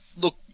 look